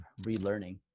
relearning